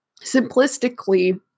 simplistically